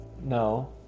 no